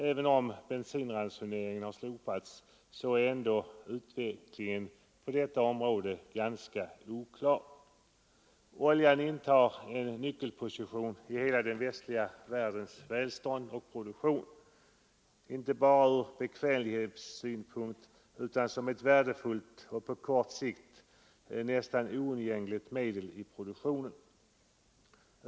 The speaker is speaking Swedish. Även om bensinransoneringen har slopats är utvecklingen på detta område ganska oklar. Oljan intar en nyckelposition när det gäller hela den västliga världens välstånd och produktion. Oljan är viktig inte bara ur bekvämlighetssyn punkt utan därför att den är ett värdefullt och på kort sikt nästan oundgängligt medel i produktionen.